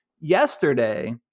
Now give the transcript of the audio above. yesterday